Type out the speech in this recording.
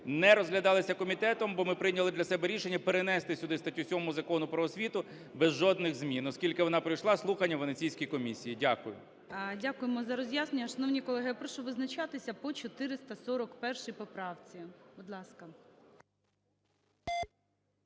не розглядалися комітетом. Бо ми прийняли для себе рішення перенести сюди статтю 7 Закону "Про освіту" без жодних змін, оскільки вона пройшла слухання Венеційської комісії. Дякую. ГОЛОВУЮЧИЙ. Дякуємо за роз'яснення. Шановні колеги! Я прошу визначатися по 441 поправці, будь ласка.